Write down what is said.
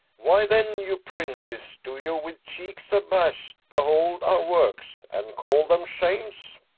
why then, you princes, do you with cheeks abash'd behold our works and call them shames,